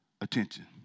attention